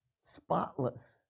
spotless